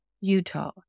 Utah